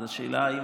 אז השאלה אם